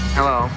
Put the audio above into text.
Hello